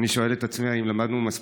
ואני שואל את עצמי: האם למדנו מספיק?